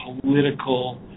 political